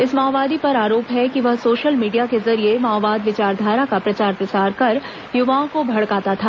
इस माओवादी पर आरोप है कि वह सोशल मीडिया के जरिए माओवाद विचारधारा का प्रचार प्रसार कर युवाओं को भड़काता था